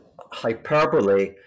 hyperbole